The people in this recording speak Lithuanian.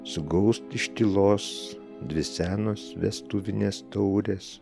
sugaust iš tylos dvi senos vestuvinės taurės